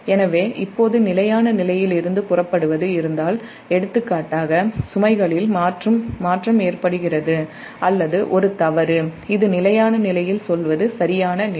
எனவே இப்போது நிலையான நிலையிலிருந்து புறப்படுவது இருந்தால் எடுத்துக்காட்டாக சுமைகளில் மாற்றம் ஏற்படுகிறது அல்லது ஒரு தவறு இது நிலையான நிலையில் சொல்வது சரியான நிலை